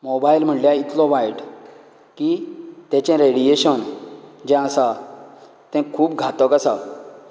mobile म्हणल्यार इतलो वायट की तेचे रेडीयेशन जें आसा तें खूब घातक आसा